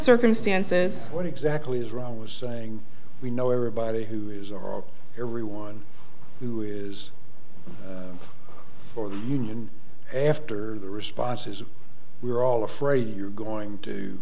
circumstances what exactly is wrong with saying we know everybody who is or everyone who is for the union after the response is we're all afraid you're going to